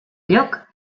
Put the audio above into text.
lloc